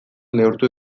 neurtu